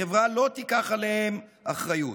החברה לא תיקח עליהם אחריות.